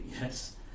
yes